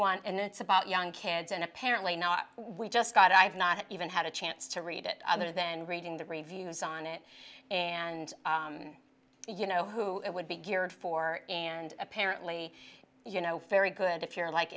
one and it's about young kids and apparently not we just got i've not even had a chance to read it other than reading the reviews on it and you know who it would be geared for and apparently you know very good if you're like